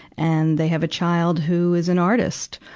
and they have a child who is an artist,